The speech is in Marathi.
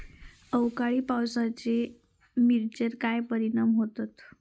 अवकाळी पावसाचे मिरचेर काय परिणाम होता?